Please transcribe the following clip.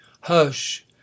hush